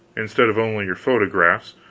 instead of only your photographs,